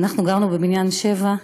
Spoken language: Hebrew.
אנחנו גרנו בבניין 7,